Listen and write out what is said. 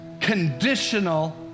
conditional